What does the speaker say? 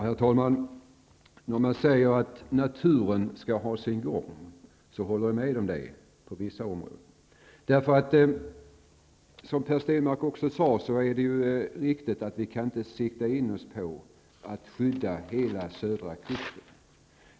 Herr talman! Naturen skall ha sin gång. Det håller jag med om. Men det gäller då vissa områden. Som Per Stenmarck sade är det riktigt att vi inte kan sikta in oss på att skydda hela södra kusten.